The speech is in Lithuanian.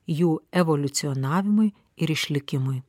jų evoliucionavimui ir išlikimui